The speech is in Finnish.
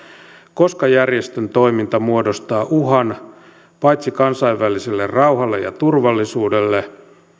koska järjestön toiminta muodostaa uhan paitsi kansainväliselle rauhalle ja turvallisuudelle